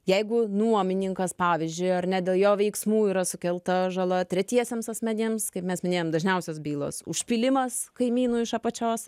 jeigu nuomininkas pavyzdžiui ar ne dėl jo veiksmų yra sukelta žala tretiesiems asmenims kaip mes minėjom dažniausios bylos užpylimas kaimynų iš apačios